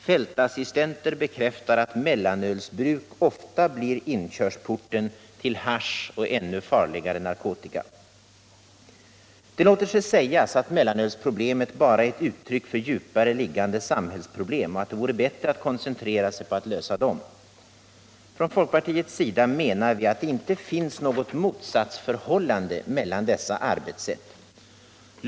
Fältassistenter bekräftar att mellanölsbruk ofta blir inkörsporten till hasch och ännu farligare narkotika. Det låter sig sägas att mellanölsproblemet bara är ett uttryck för djupare liggande samhällsproblem och att det vore bättre att koncentrera sig på att lösa dem. Från folkpartiets sida menar vi att det inte finns något motsatsförhållande mellan dessa arbetssätt.